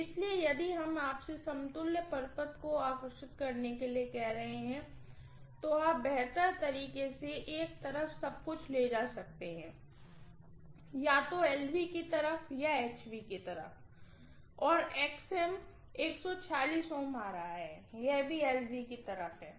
इसलिए यदि हम आपसे समतुल्य परिपथ को आकर्षित करने के लिए कह रहे हैं तो आप बेहतर तरीके से एक तरफ सब कुछ ले जा सकते हैं या तो LV की तरफ या HV की तरफ और 146 Ω आ रहा है यह भी LV की तरफ है